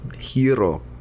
Hero